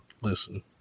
listen